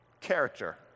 character